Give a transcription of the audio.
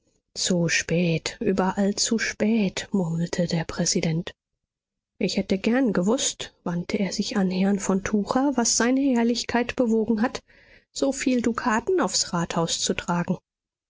zu spät überall zu spät murmelte der präsident ich hätte gern gewußt wandte er sich an herrn von tucher was seine herrlichkeit bewogen hat so viel dukaten aufs rathaus zu tragen